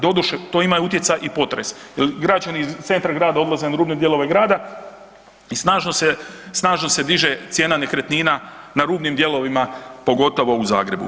Doduše, to je imao utjecaj i potres jel građani iz centra grada odlaze na rubne dijelove grada i snažno se, snažno se diže cijena nekretnina na rubnim dijelovima, pogotovo u Zagrebu.